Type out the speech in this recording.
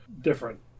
Different